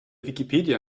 wikipedia